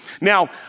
Now